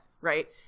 right